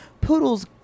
poodles